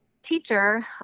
teacher